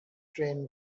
train